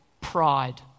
pride